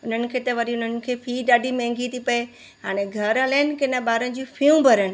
उन्हनि खे त वरी उन्हनि खे फ़ी ॾाढी महांगी थी पए हाणे घर हलाइनि की न ॿारनि जी फीयूं भरनि